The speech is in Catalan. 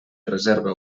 reserva